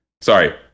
sorry